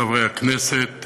חברי הכנסת,